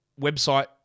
website